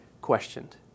questioned